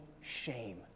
shame